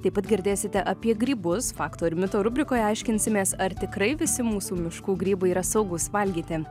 taip pat girdėsite apie grybus faktų ir mitų rubrikoje aiškinsimės ar tikrai visi mūsų miškų grybai yra saugūs valgyti